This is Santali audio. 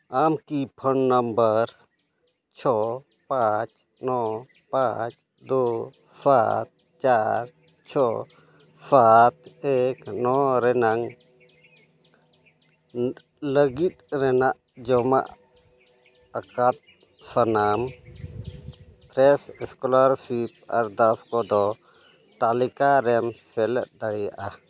ᱟᱢ ᱠᱤ ᱯᱷᱳᱱ ᱱᱚᱢᱵᱚᱨ ᱪᱷᱚ ᱯᱟᱸᱪ ᱱᱚ ᱯᱟᱸᱪ ᱫᱳ ᱥᱟᱛ ᱪᱟᱨ ᱪᱷᱚ ᱥᱟᱛ ᱮᱠ ᱱᱚ ᱨᱮᱱᱟᱜ ᱞᱟᱹᱜᱤᱫ ᱨᱮᱱᱟᱜ ᱡᱚᱢᱟᱜ ᱟᱠᱟᱫ ᱥᱟᱱᱟᱢ ᱯᱷᱨᱮᱹᱥ ᱮᱥᱠᱚᱞᱟᱨᱥᱤᱯ ᱟᱨᱫᱟᱥ ᱠᱚᱫᱚ ᱛᱟᱹᱞᱤᱠᱟ ᱨᱮᱢ ᱥᱮᱞᱮᱫ ᱫᱟᱲᱮᱭᱟᱜᱼᱟ